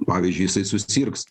pavyzdžiui jisai susirgs